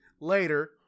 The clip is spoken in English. Later